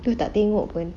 tu tak tengok pun